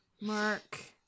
Mark